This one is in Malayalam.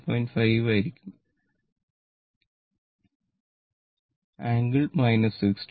5 ആയിരിക്കും ആംഗിൾ 60o